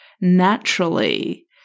naturally